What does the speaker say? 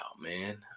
man